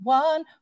one